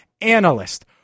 analyst